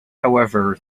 however